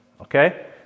Okay